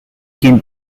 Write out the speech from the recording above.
quien